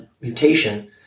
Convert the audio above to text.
mutation